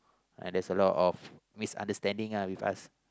and there's a lot of misunderstanding lah with us